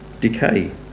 Decay